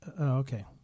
Okay